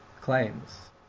claims